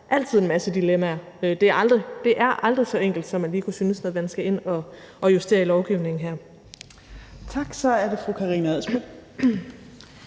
altid en masse dilemmaer. Det er aldrig så enkelt, som man lige kunne synes, når man skal ind og justere i lovgivningen her. Kl. 20:50 Fjerde